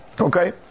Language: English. Okay